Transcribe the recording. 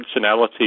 functionality